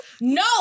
No